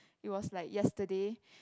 it was like yesterday